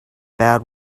bad